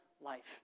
life